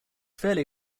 fairly